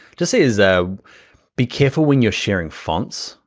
just says ah be careful when you're sharing fonts.